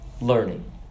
learning